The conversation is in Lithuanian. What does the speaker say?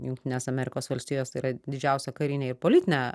jungtinės amerikos valstijos tai yra didžiausią karinę ir politinę